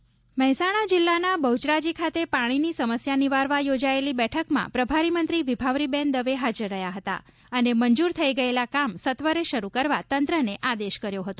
બહુચરાજી વિભાવરીબેન મહેસાણા જિલ્લાના બહુચરાજી ખાતે પાણીની સમસ્યા નીવારવા યોજાયેલી બેઠકમાં પ્રભારીમંત્રી વિભાવરીબેન દવે હાજર રહ્યાં હતા અને મંજુર થઇ ગયેલા કામ સત્વરે શરૂ કરવા તંત્રને આદેશ કર્યો હતો